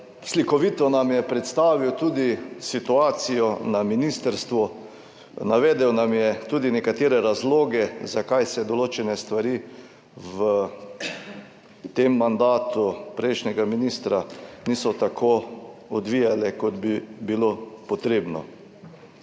Slikovito nam je predstavil tudi situacijo na ministrstvu. Navedel nam je tudi nekatere razloge zakaj se določene stvari v tem mandatu prejšnjega ministra niso tako odvijale, kot bi bilo potrebno.